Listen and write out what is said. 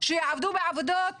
שיעבדו בעבודות